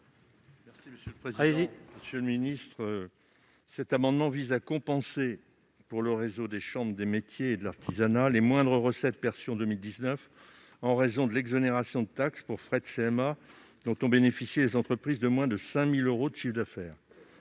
présenter l'amendement n° I-325 rectifié. Cet amendement vise à compenser, pour le réseau des chambres de métiers et de l'artisanat (CMA), les moindres recettes perçues en 2019 en raison de l'exonération de taxe pour frais de CMA dont ont bénéficié les entreprises ayant réalisé moins de 5 000 euros de chiffre d'affaires.